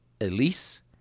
Elise